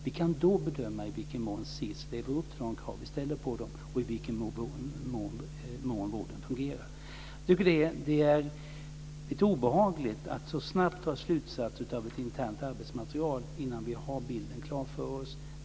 Då kan vi bedöma i vilken mån SiS lever upp till de krav vi ställer och i vilken mån vården fungerar. Det är obehagligt att man så snabbt drar slutsatser av ett internt arbetsmaterial, innan vi har bilden klar för oss.